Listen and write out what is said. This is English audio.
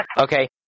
Okay